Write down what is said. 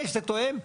5 זה תואם.